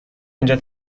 اینجا